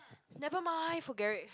never mind forget it